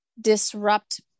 disrupt